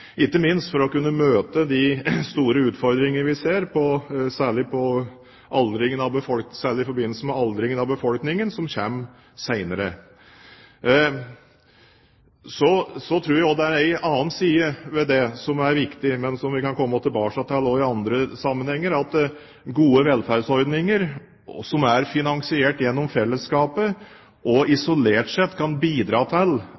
ikke minst for å kunne møte de store utfordringer vi særlig ser i forbindelse med aldringen av befolkningen, som kommer senere. Jeg tror også det er en annen side ved det som er viktig, men som vi kan komme tilbake til i andre sammenhenger, nemlig at gode velferdsordninger som er finansiert gjennom fellesskapet, også isolert sett kan bidra til at vi får en lavere kostnadsvekst i samfunnet enn det vi ellers ville hatt, og